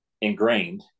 ingrained